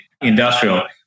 industrial